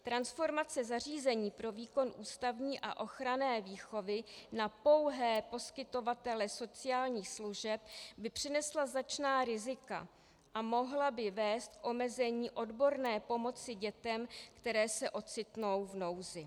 Transformace zařízení pro výkon ústavní a ochranné výchovy na pouhé poskytovatele sociálních služeb by přinesla značná rizika a mohla by vést k omezení odborné pomoci dětem, které se ocitnou v nouzi.